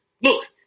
look